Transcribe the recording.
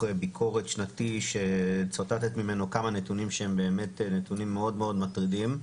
ביקורת שנתי שצוטטת ממנו כמה נתונים שהם באמת נתונים מאוד מאוד מטרידים,